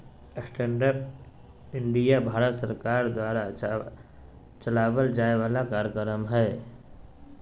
stand up India Bharat सरकार द्वारा चलावल जाय वाला कार्यक्रम हय